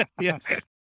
Yes